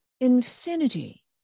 infinity